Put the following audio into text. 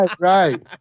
right